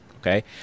okay